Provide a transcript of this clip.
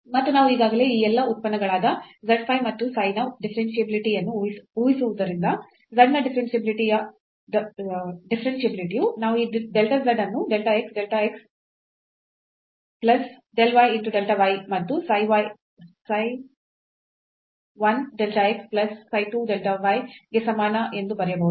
ಮತ್ತು ನಾವು ಈಗಾಗಲೇ ಈ ಎಲ್ಲಾ ಉತ್ಪನ್ನಗಳಾದ z phi ಮತ್ತು psi ನ ಡಿಫರೆನ್ಷಿಯಾಬಿಲಿಟಿ ಯನ್ನು ಊಹಿಸಿರುವುದರಿಂದ z ನ ಡಿಫರೆನ್ಷಿಯಾಬಿಲಿಟಿ ಯು ನಾವು ಈ delta z ಅನ್ನು del x delta x plus del y delta y ಮತ್ತು psi 1 delta x plus psi 2 delta y ಗೆ ಸಮಾನ ಎಂದು ಬರೆಯಬಹುದು